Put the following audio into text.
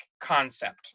concept